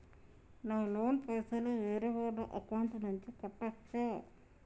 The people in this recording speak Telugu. నా లోన్ పైసలు వేరే వాళ్ల అకౌంట్ నుండి కట్టచ్చా?